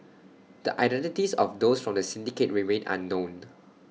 the identities of those from the syndicate remain unknown